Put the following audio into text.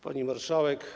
Pani Marszałek!